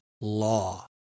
law